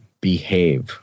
behave